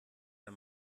der